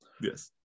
yes